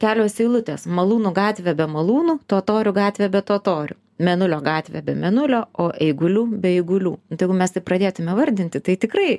kelios eilutės malūnų gatvė be malūnų totorių gatvė be totorių mėnulio gatvė be mėnulio o eigulių be eigulių tai jeigu mes taip pradėtume vardinti tai tikrai